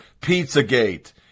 Pizzagate